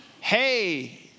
hey